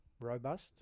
robust